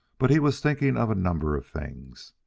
but he was thinking of a number of things.